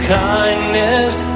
kindness